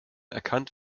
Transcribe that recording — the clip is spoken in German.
erkannt